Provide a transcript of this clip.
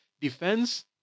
defense